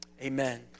Amen